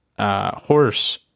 Horse